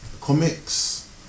comics